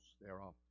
thereof